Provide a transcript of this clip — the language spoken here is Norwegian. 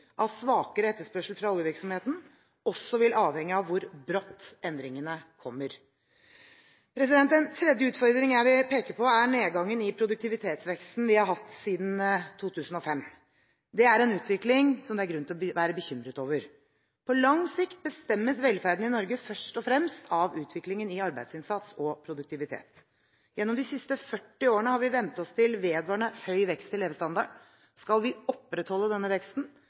av svakere etterspørsel fra oljevirksomheten også vil avhenge av hvor brått endringene kommer. En tredje utfordring jeg vil peke på, er nedgangen i produktivitetsveksten vi har hatt siden 2005. Det er en utvikling som det er grunn til å være bekymret over. På lang sikt bestemmes velferden i Norge først og fremst av utviklingen i arbeidsinnsats og produktivitet. Gjennom de siste 40 årene har vi vent oss til vedvarende høy vekst i levestandarden. Skal vi opprettholde denne veksten,